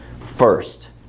first